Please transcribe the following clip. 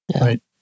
right